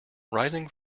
rising